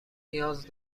نیاز